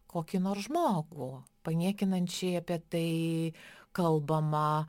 kokį nors žmogų paniekinančiai apie tai kalbama